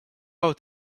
out